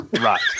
Right